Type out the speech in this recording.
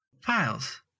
files